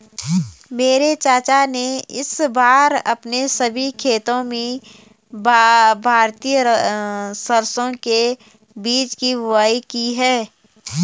मेरे चाचा ने इस बार अपने सभी खेतों में भारतीय सरसों के बीज की बुवाई की है